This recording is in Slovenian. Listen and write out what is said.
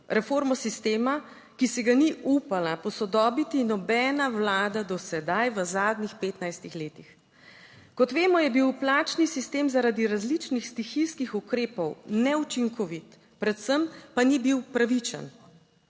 Reformo sistema, ki si ga ni upala posodobiti nobena Vlada do sedaj v zadnjih 15 letih. Kot vemo, je bil plačni sistem zaradi različnih stihijskih ukrepov neučinkovit, predvsem pa ni bil pravičen.